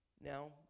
Now